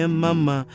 mama